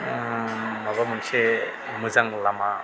माबा मोनसे मोजां लामा